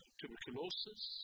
tuberculosis